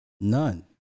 none